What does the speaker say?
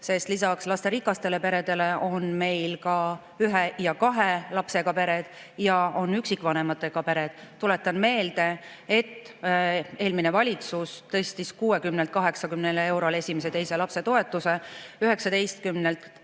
sest lisaks lasterikastele peredele on meil ka ühe ja kahe lapsega pered, on üksikvanematega pered. Tuletan meelde, et eelmine valitsus tõstis 60‑lt 80 eurole esimese ja teise lapse toetuse, 19